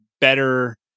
better